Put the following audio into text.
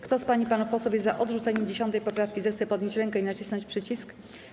Kto z pań i panów posłów jest za odrzuceniem 10. poprawki, zechce podnieść rękę i nacisnąć przycisk.